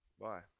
Bye